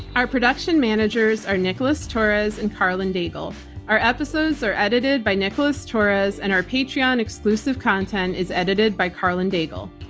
our production managers are nicholas torres and karlyn daigle. our episodes are edited by nicholas torres and our patreon exclusive content is edited by karlyn daigle.